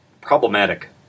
problematic